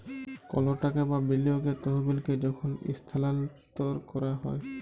call টাকা বা বিলিয়গের তহবিলকে যখল ইস্থালাল্তর ক্যরা হ্যয়